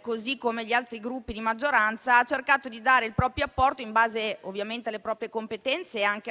così come gli altri Gruppi di maggioranza, ha cercato di dare il proprio apporto, in base ovviamente alle proprie competenze e anche